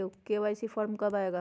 KYC form कब आए गा?